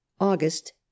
August